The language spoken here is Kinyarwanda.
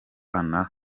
bana